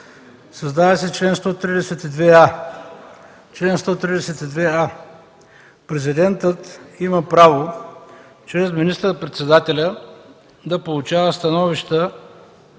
Създава се чл. 132а: „Чл. 132а. Президентът има право чрез министър-председателя да получава становища